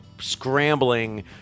scrambling